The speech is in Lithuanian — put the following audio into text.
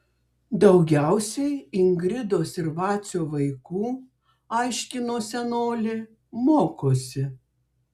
daugiausiai ingridos ir vacio vaikų aiškino senolė mokosi